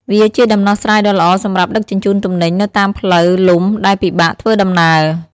វាជាដំណោះស្រាយដ៏ល្អសម្រាប់ដឹកជញ្ជូនទំនិញនៅតាមផ្លូវលំដែលពិបាកធ្វើដំណើរ។